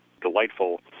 delightful